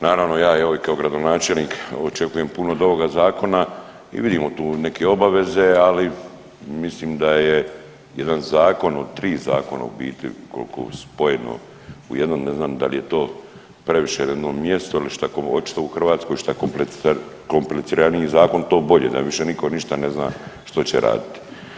Naravno ja evo i kao gradonačelnik očekujem puno od ovoga zakona i vidimo tu neke obaveze, ali mislim da je jedan zakon od tri zakona u biti kolko je spojeno u jedno, ne znam dal je to previše na jednom mjestu, ali očito u Hrvatskoj šta kompliciraniji zakon to bolje da više niko ništa ne zna što će raditi.